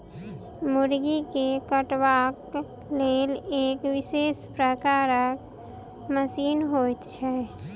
मुर्गी के कटबाक लेल एक विशेष प्रकारक मशीन होइत छै